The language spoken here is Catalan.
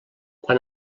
quan